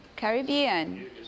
Caribbean